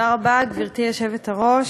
תודה רבה, גברתי היושבת-ראש.